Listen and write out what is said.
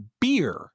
beer